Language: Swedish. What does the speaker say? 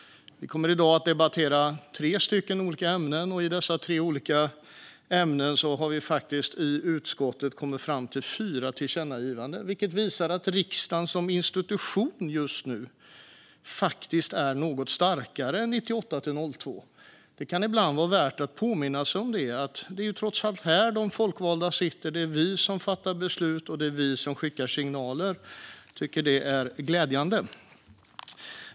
Vi kommer i dag att debattera tre olika ämnen, och i dessa tre olika ämnen har vi i utskottet kommit fram till fyra tillkännagivanden. Det visar att riksdagen som institution just nu faktiskt är något starkare än 98-02. Det kan ibland vara värt att påminna sig om det: Det är trots allt här de folkvalda sitter. Det är vi som fattar beslut, och det är vi som skickar signaler. Jag tycker att det är glädjande.